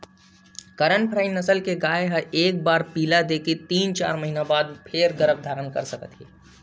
करन फ्राइ नसल के गाय ह एक बार पिला दे के तीन, चार महिना बाद म फेर गरभ धारन कर सकत हे